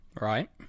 Right